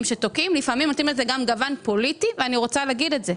שתוקעים לפעמים נותנים לזה גם גוון פוליטי ואני רוצה להגיד את זה.